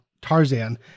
Tarzan